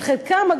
שחלקם,